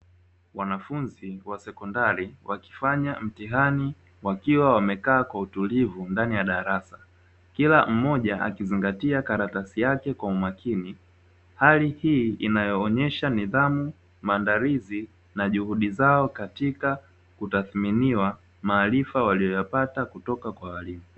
Wanafunzi wa sekondari, wakifanya mtihani wakiwa wamekaa kwa utulivu ndani ya darasa, kila mmoja akizingatia karatasi yake kwa makini. Hali hii inayoonyesha nidhamu, maandalizi na juhudi zao katika kutathminiwa maarifa waliyopata kutoka kwa walimu.